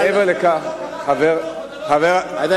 חבר הכנסת דנון, אני